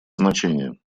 значение